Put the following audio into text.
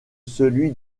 celui